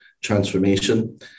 transformation